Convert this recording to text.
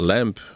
Lamp